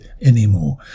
anymore